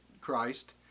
Christ